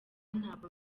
ntabwo